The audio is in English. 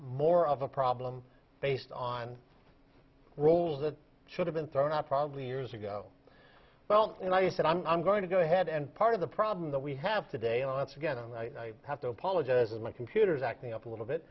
more of a problem based on roles that should have been thrown out probably years ago well and i said i'm going to go ahead and part of the problem that we have today and that's again and i have to apologize is my computer is acting up a little bit